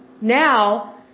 Now